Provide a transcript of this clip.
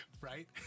Right